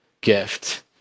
gift